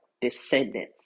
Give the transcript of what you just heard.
descendants